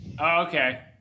Okay